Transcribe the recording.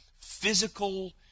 physical